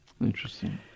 Interesting